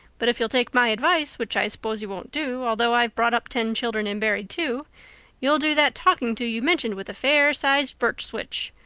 but if you'll take my advice which i suppose you won't do, although i've brought up ten children and buried two you'll do that talking to you mention with a fair-sized birch switch.